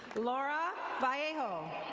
laura viejo.